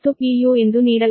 u ಎಂದು ನೀಡಲಾಗಿದೆ